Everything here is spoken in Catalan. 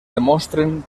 demostren